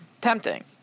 tempting